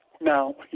Now